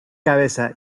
cabeza